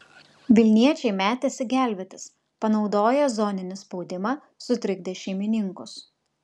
vilniečiai metėsi gelbėtis panaudoję zoninį spaudimą sutrikdė šeimininkus